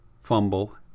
fumble